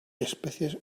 especies